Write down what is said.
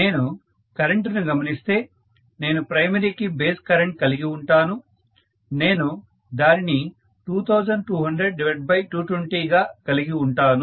నేను కరెంట్ ని గమనిస్తే నేను ప్రైమరీకి బేస్ కరెంట్ కలిగి వుంటాను నేను దానిని 2200220 గా కలిగివుంటాను